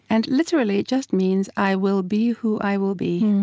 and literally it just means, i will be who i will be.